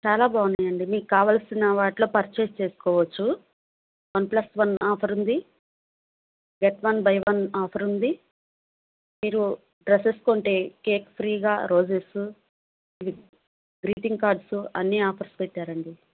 చాలా బాగున్నాయండి మీకు కావలసిన వాటిలో పర్చేజ్ చేసుకోవచ్చు వన్ ప్లస్ వన్ ఆఫర్ ఉంది get one buy one offer ఉంది మీరు డ్రెస్సెస్ కొంటే కేక్ ఫ్రీగా రోజెసు ఇది గ్రీటింగ్ కార్డ్స్ అన్ని ఆఫర్స్ పెట్టారండి